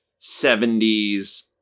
70s